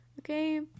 okay